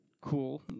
cool